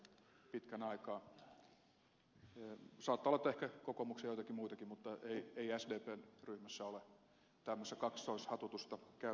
saattaa olla että ehkä kokoomuksessa on joitakin muitakin mutta ei sdpn ryhmässä ole tämmöistä kaksoishatutusta käytössä